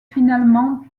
finalement